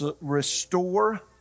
restore